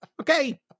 okay